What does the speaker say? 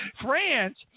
France